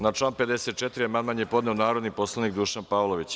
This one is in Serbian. Na član 54. amandman je podneo narodni poslanik Dušan Pavlović.